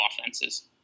offenses